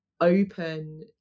open